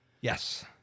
Yes